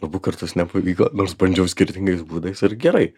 abu kartus nepavyko nors bandžiau skirtingais būdais ir gerai